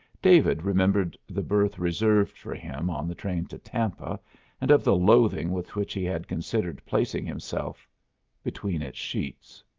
david remembered the berth reserved for him on the train to tampa and of the loathing with which he had considered placing himself between its sheets.